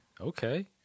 Okay